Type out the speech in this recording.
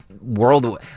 world